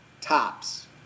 Tops